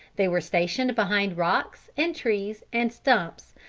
they were stationed behind rocks, and trees, and stumps,